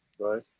right